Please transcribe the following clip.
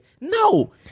No